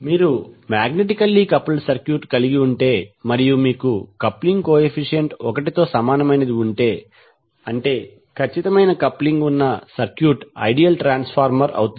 మీరు magnetically coupled circuit కలిగి ఉంటే మరియు మీకు కప్లింగ్ కో ఎఫీషియంట్ ఒకటి తో సమానమైనది ఉంటే అంటే ఖచ్చితమైన కప్లింగ్ ఉన్న సర్క్యూట్ ఐడియల్ ట్రాన్స్ఫార్మర్ అవుతుంది